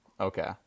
Okay